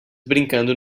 brincando